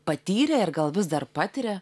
patyrė ir gal vis dar patiria